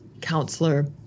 counselor